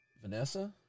Vanessa